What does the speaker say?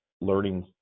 learning